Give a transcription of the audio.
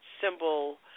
symbol